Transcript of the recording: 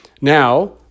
Now